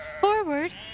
forward